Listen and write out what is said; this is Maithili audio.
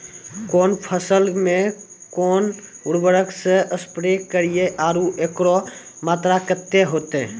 कौन फसल मे कोन उर्वरक से स्प्रे करिये आरु एकरो मात्रा कत्ते होते?